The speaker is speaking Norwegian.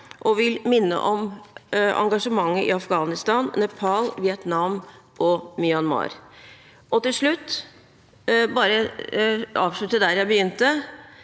og vil minne om engasjementet i Afghanistan, Nepal, Vietnam og Myanmar. Til slutt: Jeg vil avslutte der jeg begynte.